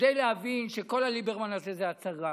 כדי להבין שכל הליברמן הזה זה הצגה,